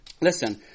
Listen